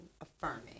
affirming